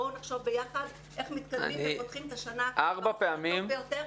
בואו נחשוב ביחד איך מתקדמים ופותחים את השנה על הצד הטוב ביותר.